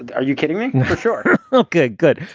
are you kidding me? sure. okay. good